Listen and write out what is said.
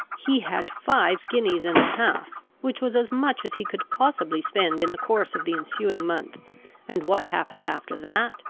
he had five guineas and a half, which was as much as he could possibly spend in the course of the ensuing month and what happened after that,